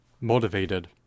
motivated